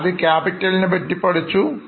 ആദ്യം ക്യാപ്പിറ്റൽ നെപ്പറ്റി പഠിച്ചു